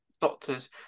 doctors